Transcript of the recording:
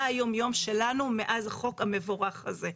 מה היום-יום שלנו מאז החוק המבורך הזה?